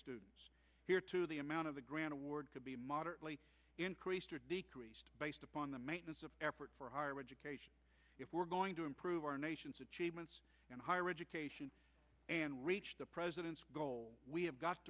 students here too the amount of the grant award could be moderately increased or decreased based upon the maintenance of effort for higher education if we're going to improve our nation's achievements in higher education and reach the president's goal we have got